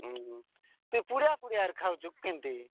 ଉଁ ହୁଁ ତୁ ପୁଡ଼ିଆ ଫୁଡ଼ିଆରେ ଖାଉଛୁ କେମିତି